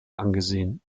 angesehen